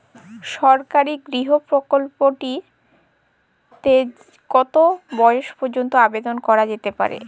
সরকারি গৃহ প্রকল্পটি তে কত বয়স পর্যন্ত আবেদন করা যেতে পারে?